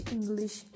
English